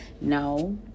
no